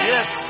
Yes